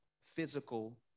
physical